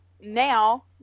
now